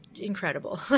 incredible